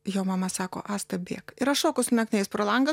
jo mama sako asta bėk ir aš šokau su naktiniais pro langą